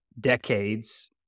decades